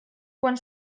quan